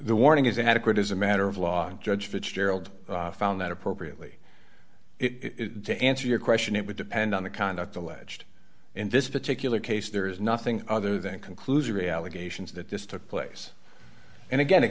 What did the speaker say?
the warning is inadequate as a matter of law judge fitzgerald found that appropriately to answer your question it would depend on the conduct alleged in this particular case there is nothing other than conclusion reallocations that this took place and again it